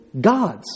God's